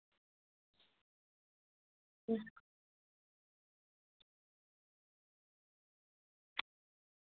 अं